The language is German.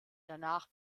danach